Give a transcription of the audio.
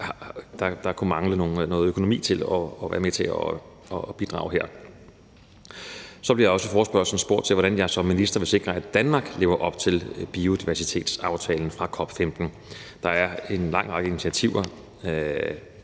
der kunne mangle noget økonomi til at være med til at bidrage her. Så bliver jeg også spurgt til i forespørgslen, hvordan jeg som minister vil sikre, at Danmark lever op til biodiversitetsaftalen fra COP15. Der er en lang række initiativer